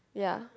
yeah